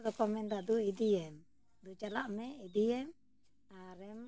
ᱟᱫᱚᱠᱚ ᱢᱮᱱᱫᱟ ᱫᱩ ᱤᱫᱤᱭᱮᱢ ᱫᱩ ᱪᱟᱞᱟᱜ ᱢᱮ ᱤᱫᱤᱭᱮᱢ ᱟᱨᱮᱢ